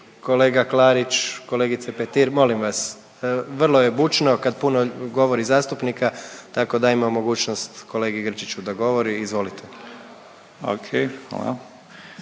kolega Klarić, kolegice Petir, molim vas vrlo je bučno kada puno govori zastupnika, tako dajmo mogućnost kolegi Grčiću da govori, izvolite./…